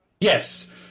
Yes